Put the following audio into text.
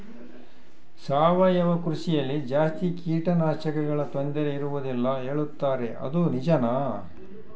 ಸಾವಯವ ಕೃಷಿಯಲ್ಲಿ ಜಾಸ್ತಿ ಕೇಟನಾಶಕಗಳ ತೊಂದರೆ ಇರುವದಿಲ್ಲ ಹೇಳುತ್ತಾರೆ ಅದು ನಿಜಾನಾ?